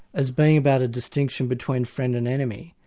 as being about a distinction between friend and enemy,